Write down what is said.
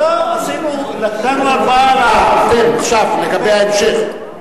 לא, אה, אתם, עכשיו, לגבי ההמשך.